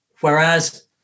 whereas